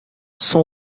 son